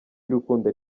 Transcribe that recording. y’urukundo